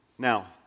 Now